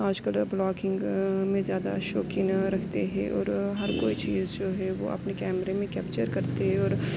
آج کل بلاگنگ میں زیادہ شوقین رکھتے ہیں اور ہر کوئی چیز جو ہے وہ اپنے کیمرے میں کیپچر کرتے ہیں اور